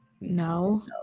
No